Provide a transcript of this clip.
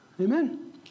Amen